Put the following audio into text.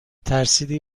ترسیدی